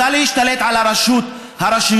רוצה להשתלט על הרשויות,